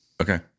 okay